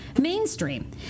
mainstream